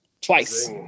twice